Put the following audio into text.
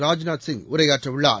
ராஜ்நாத் சிங் உரையாற்றவுள்ளார்